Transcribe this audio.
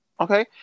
Okay